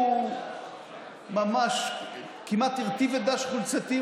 הוא ממש כמעט הרטיב את דש חולצתי,